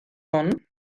hon